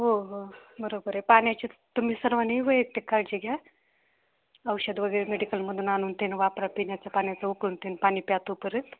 हो हो बरोबर आहे पाण्याची तुम्ही सर्वांनी वैयक्तिक काळजी घ्या औषध वगैरे मेडिकलमधून आणून ते वापरा पिण्याच्या पाण्यात उकळून घेऊन पाणी प्या तोपर्यंत